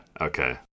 okay